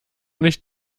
nicht